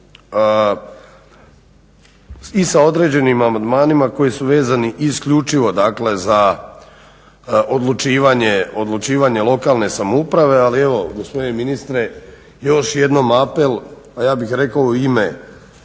I sa određenim amandmanima koji su vezani isključivo dakle za odlučivanje lokalne samouprave ali evo gospodine ministre još jednom apel ja bih rekao u ime